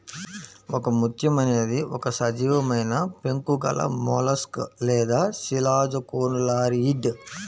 ఒకముత్యం అనేది ఒక సజీవమైనపెంకు గలమొలస్క్ లేదా శిలాజకోనులారియిడ్